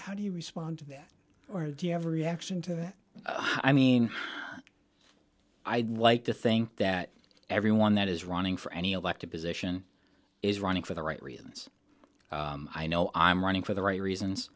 how do you respond to that or do you have reaction to that i mean i'd like to think that everyone that is running for any elected position is running for the right reasons i know i'm running for the right